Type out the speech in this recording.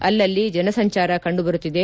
ಅಲ್ಲಲ್ಲಿ ಜನ ಸಂಚಾರ ಕಂಡು ಬರುತ್ತಿದೆ